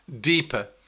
deeper